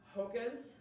Hokas